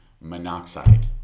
monoxide